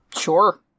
Sure